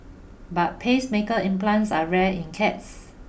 but pacemaker implants are rare in cats